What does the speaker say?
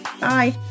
Bye